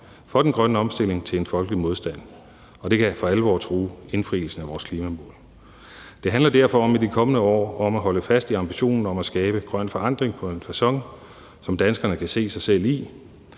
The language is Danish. for den grønne omstilling til en folkelig modstand, og det kan for alvor true indfrielsen af vores klimamål. Det handler derfor om i de kommende år at holde fast i ambitionen om at skabe grøn forandring på en facon, som danskerne kan se sig selv i.